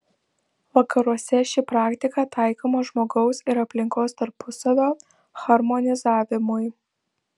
vakaruose ši praktika taikoma žmogaus ir aplinkos tarpusavio harmonizavimui